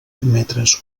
metres